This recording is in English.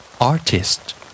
Artist